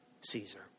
Caesar